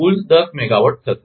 કુલ દસ થશે